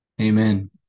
amen